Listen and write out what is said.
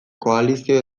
koalizio